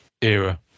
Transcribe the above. era